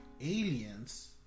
aliens